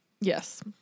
Yes